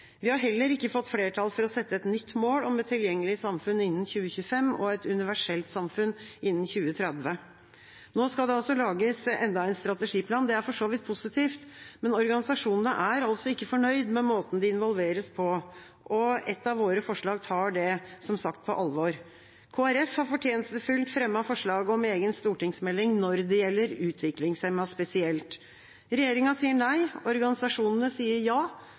Vi har heller ikke fått flertall for å sette et nytt mål om et tilgjengelig samfunn innen 2025 og et universelt samfunn innen 2030. Nå skal det altså lages enda en strategiplan. Det er for så vidt positivt, men organisasjonene er ikke fornøyd med måten de involveres på, og et av våre forslag tar det, som sagt, på alvor. Kristelig Folkeparti har fortjenestefullt fremmet forslag om egen stortingsmelding når det gjelder utviklingshemmede spesielt. Regjeringa sier nei, organisasjonene sier ja.